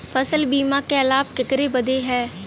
फसल बीमा क लाभ केकरे बदे ह?